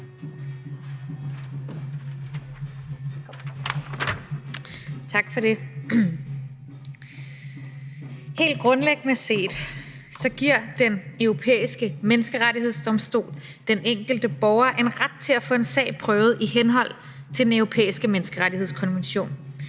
Helt grundlæggende set giver Den Europæiske Menneskerettighedsdomstol den enkelte borger en ret til at få en sag prøvet i henhold til Den Europæiske Menneskerettighedskonvention.